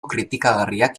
kritikagarriak